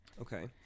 Okay